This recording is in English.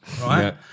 right